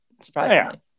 surprisingly